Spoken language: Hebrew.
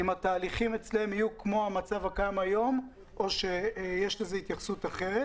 האם התהליכים אצלם יהיו כמו המצב הקיים היום או שיש התייחסות אחרת?